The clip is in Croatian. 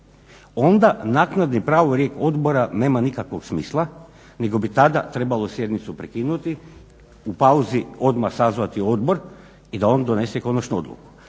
onda naknadni pravorijek odbora nema nikakvog smisla, nego bi tada trebalo sjednicu prekinuti, u pauzi odmah sazvati odbor i da on donese konačnu odluku.